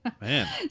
man